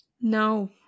No